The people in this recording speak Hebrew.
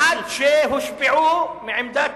עד שהושפעו מעמדת,